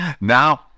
Now